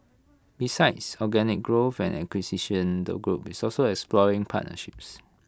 besides organic growth and acquisition the group is also exploring partnerships